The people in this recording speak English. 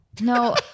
No